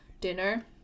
dinner